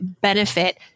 benefit